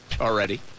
already